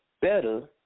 better